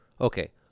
Okay